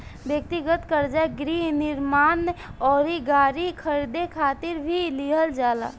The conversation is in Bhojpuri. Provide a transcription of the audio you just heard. ब्यक्तिगत कर्जा गृह निर्माण अउरी गाड़ी खरीदे खातिर भी लिहल जाला